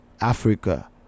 africa